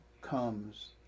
comes